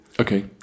Okay